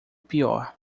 pior